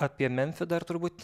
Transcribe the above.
apie memfį dar turbūt